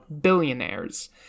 billionaires